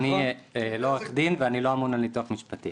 אני לא עורך דין ואני לא אמון על ניתוח משפטי,